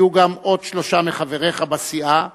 היו עוד שלושה מחבריך בסיעה,